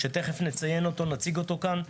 שתכף נציג אותו כאן,